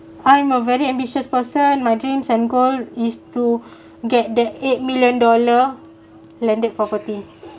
I'm a very ambitious person my dreams and goal is to get the eight million dollar landed property